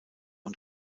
und